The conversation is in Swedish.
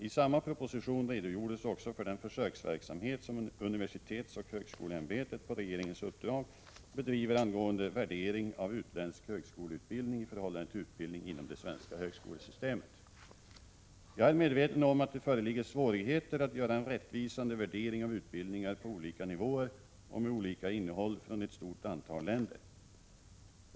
I samma proposition redogjordes också för den försöksverksamhet som universitetsoch högskoleämbetet på regeringens uppdrag bedriver angående värdering av utländsk högskoleutbildning i förhållande till utbildning inom det svenska högskolesystemet. Jag är medveten om att det föreligger svårigheter att göra en rättvisande värdering av utbildningar på olika nivåer och med olika innehåll från ett stort antal länder.